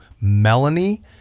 melanie